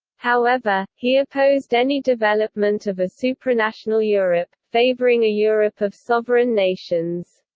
however, he opposed any development of a supranational europe, favouring a europe of sovereign nations.